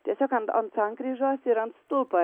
tiesiog ant ant sankryžos ir ant stulpo